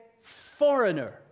foreigner